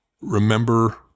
remember